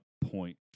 point